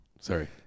Sorry